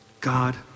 God